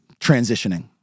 transitioning